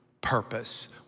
purpose